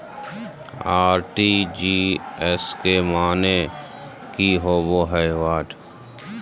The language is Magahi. आर.टी.जी.एस के माने की होबो है?